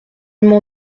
m’en